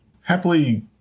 Happily